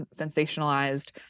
sensationalized